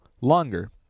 longer